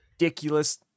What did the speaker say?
ridiculous